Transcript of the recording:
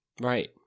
Right